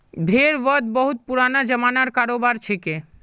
भेड़ वध बहुत पुराना ज़मानार करोबार छिके